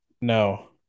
No